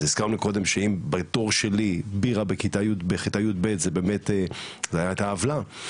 אז הזכרנו קודם שאם בדור שלי בירה בכיתה י"ב הייתה עוולה,